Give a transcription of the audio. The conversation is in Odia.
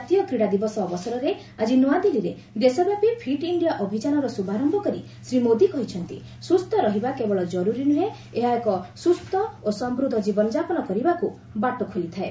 ଜାତୀୟ କ୍ରୀଡ଼ା ଦିବସ ଅବସରରେ ଆକ୍ରି ନୂଆଦିଲ୍ଲୀରେ ଦେଶବ୍ୟାପୀ ଫିଟ୍ ଇଣ୍ଡିଆ ଅଭିଯାନର ଶୁଭାରମ୍ଭ କରି ଶ୍ରୀ ମୋଦୀ କହିଛନ୍ତି ସୁସ୍ଥ ରହିବା କେବଳ ଜରୁରୀ ନୁହେଁ ଏହା ଏକ ସ୍କୁସ୍ ଓ ସମୃଦ୍ଧ ଜୀବନଯାପନ କରିବାକୁ ବାଟ ଖୋଲିଥାଏ